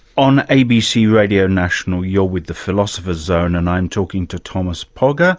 on abc radio national you're with the philosopher's zone and i'm talking to thomas pogge, ah